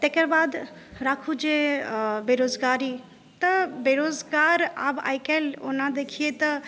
तकर बाद राखु जे बेरोजगारी तऽ बेरोजगार आब आइकाल्हि ओना देखियै तऽ